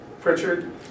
Pritchard